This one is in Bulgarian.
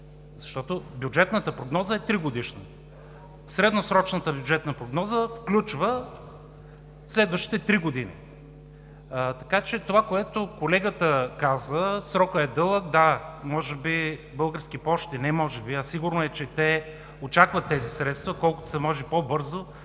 Защото бюджетната прогноза е 3-годишна. Средносрочната бюджетна прогноза включва следващите три години. Така че това, което каза колегата – срокът е дълъг, да, може би Български пощи – не може би, а е сигурно, че те очакват средствата колкото се може по-бързо,